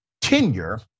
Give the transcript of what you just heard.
tenure